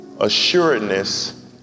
assuredness